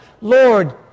Lord